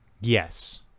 Yes